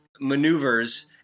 maneuvers